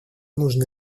нужно